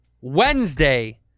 Wednesday